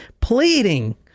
pleading